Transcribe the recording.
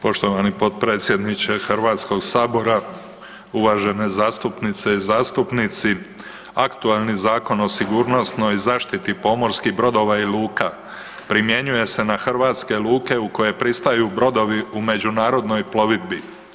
Poštovani potpredsjedniče Hrvatskog sabora, uvažene zastupnice i zastupnici aktualni Zakon o sigurnosnoj zaštiti pomorskih brodova i luka primjenjuje se na hrvatske luke u koje pristaju brodovi u međunarodnoj plovidbi.